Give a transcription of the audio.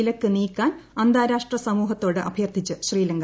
വിലക്ക് നീക്കാൻ അന്താരാഷ്ട്ര സമൂഹത്തോട് അഭ്യർത്ഥിച്ച് ശ്രീലങ്ക